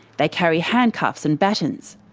they carry handcuffs and batons.